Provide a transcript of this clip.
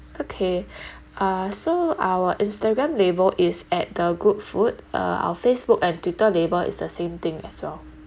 okay uh so our instagram label is at the good food uh our facebook and twitter label is the same thing as well